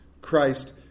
Christ